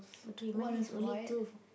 oh three mine is only two